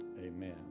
Amen